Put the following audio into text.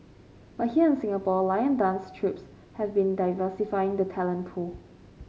but here in Singapore lion dance trips have been diversifying the talent pool